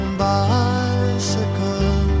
bicycle